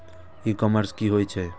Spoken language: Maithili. ई कॉमर्स की होए छै?